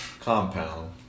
compound